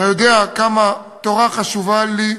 אתה יודע כמה תורה חשובה לי,